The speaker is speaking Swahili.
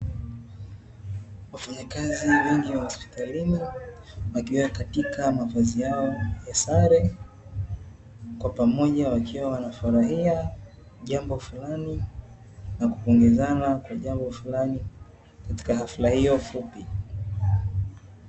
Wafanyakazi wengi wa hospitalini wakiwa katika mavazi yao ya sare, kwa pamoja wakiwa wanafurahia jambo fulani na kupongezana kwa jambo fulani katika hafla hiyo fupi.